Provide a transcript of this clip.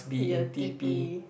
we are T_P